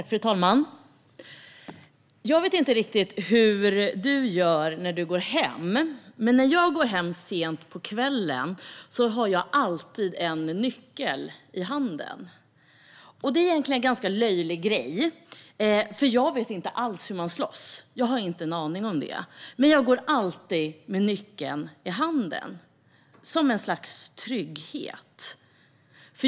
Fru talman! Jag vet inte hur ni gör, men när jag går hem sent på kvällen har jag alltid en nyckel i handen. Det är ju egentligen en ganska löjlig grej, för jag vet inte alls hur man slåss. Jag har inte en aning om det. Men jag går alltid med nyckeln i handen som ett slags trygghet.